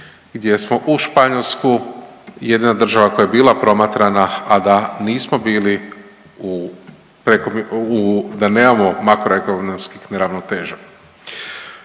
gdje smo u Španjolsku jedne od država koja je bila promatrana, a da nismo bili u, da nemamo makroekonomskih neravnoteža.